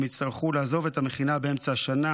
והם יצטרכו לעזוב את המכינה באמצע השנה